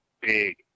big